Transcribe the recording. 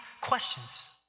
questions